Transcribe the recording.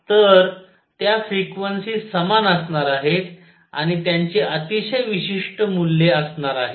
तर त्या फ्रिक्वेन्सी समान असणार आहेत आणि त्यांची अतिशय विशिष्ट मूल्ये असणार आहेत